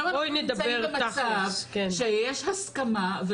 אנחנו נמצאים עכשיו במצב שיש הסכמה,